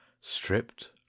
stripped